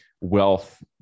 wealth